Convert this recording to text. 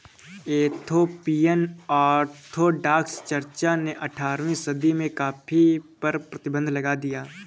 Ethiopian Orthodox church ने अठारहवीं सदी में कॉफ़ी पर प्रतिबन्ध लगा दिया